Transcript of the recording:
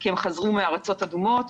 כי הם חזרו מארצות אדומות,